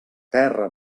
terra